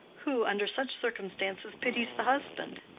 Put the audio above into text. who, under such circumstances, pities the husband?